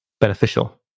beneficial